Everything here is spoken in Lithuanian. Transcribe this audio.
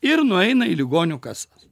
ir nueina į ligonių kasas